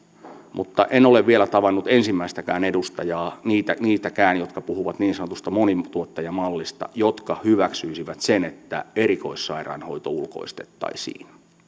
mutta en ole vielä tavannut ensimmäistäkään edustajaa niitäkään jotka puhuvat niin sanotusta monituottajamallista joka hyväksyisi sen että erikoissairaanhoito ulkoistettaisiin